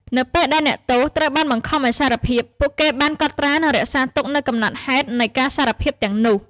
នៅពេលដែលអ្នកទោសត្រូវបានបង្ខំឱ្យសារភាព ពួកគេត្រូវបានគេកត់ត្រានិងរក្សាទុកនូវកំណត់ហេតុនៃការសារភាពទាំងនោះ។